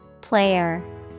Player